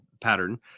pattern